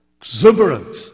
Exuberant